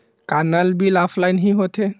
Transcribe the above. का नल bill offline हि होथे?